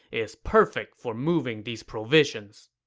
is perfect for moving these provisions.